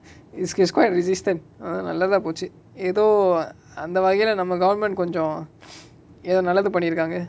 it it's quite resistant ah நல்லதா போச்சு எதோ அந்த வகைல நம்ம:nallatha pochu etho antha vakaila namma government கொஞ்சோ:konjo எதோ நல்லது பன்னிருகாங்க:etho nallathu pannirukaanga